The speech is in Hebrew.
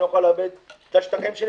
לא אוכל לעבד את השטחים שלי.